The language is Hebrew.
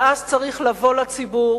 ואז צריך לבוא לציבור